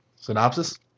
Synopsis